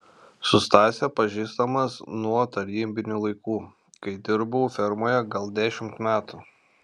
su stase pažįstamas nuo tarybinių laikų kai dirbau fermoje gal dešimt metų